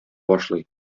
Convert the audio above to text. башлый